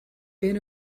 been